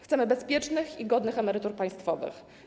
Chcemy bezpiecznych i godnych emerytur państwowych.